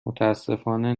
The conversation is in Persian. متأسفانه